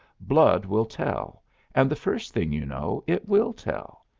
blood will tell and the first thing you know, it will tell!